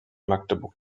magdeburg